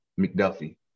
McDuffie